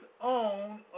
own